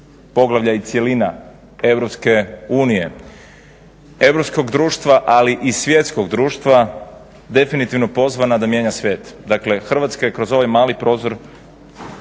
unije, europskog društva, ali i svjetskog društva, definitivno pozvana da mijenja svijet. Dakle Hrvatska je kroz ovaj mali prozor